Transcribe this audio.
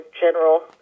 general